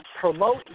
promote